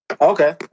Okay